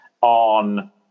on